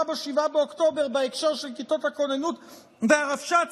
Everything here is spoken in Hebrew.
ב-7 באוקטובר בהקשר של כיתות הכוננות והרבש"צים,